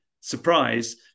surprise